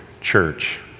church